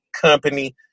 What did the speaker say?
company